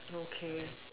okay